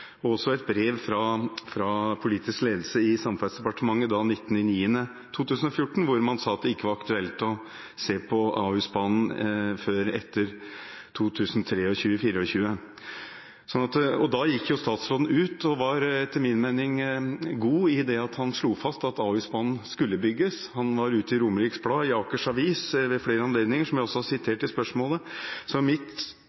et brev fra politisk ledelse i Samferdselsdepartementet fra 19. september 2014 sa man at det ikke var aktuelt å se på Ahusbanen før etter 2023–2024. Da gikk statsråden ut og var etter min mening god, fordi han slo fast at Ahusbanen skulle bygges. Han gikk ut i Romerikes Blad og i Akers Avis ved flere anledninger, som jeg også har sitert